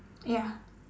ya